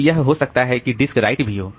तो यह हो सकता है कि एक डिस्क राइट भी हो